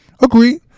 agree